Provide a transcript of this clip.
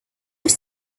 have